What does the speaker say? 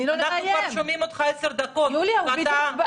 תני לו לסיים, יוליה, הוא בדיוק בא לאיים.